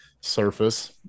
surface